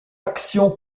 action